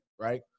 right